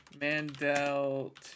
Mandel